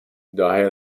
daher